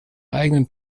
eigenen